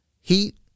Heat